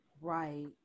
Right